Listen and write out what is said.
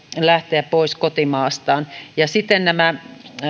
lähteä pois kotimaastaan siten nämä